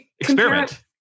experiment